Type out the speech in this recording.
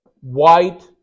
white